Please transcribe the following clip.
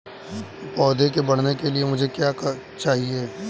पौधे के बढ़ने के लिए मुझे क्या चाहिए?